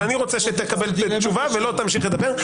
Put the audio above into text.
אבל אני רוצה שתקבל תשובה ולא תמשיך לדבר.